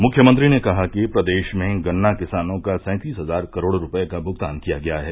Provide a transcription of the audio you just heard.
मुख्यमंत्री ने कहा कि प्रदेश में गन्ना किसानों का सैंतिस हजार करोड़ रूपये का भृगतान किया गया है